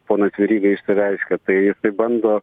ponas veryga išreiškia tai jisai bando